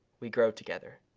we grow together.